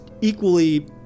equally